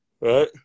right